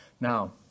Now